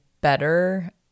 better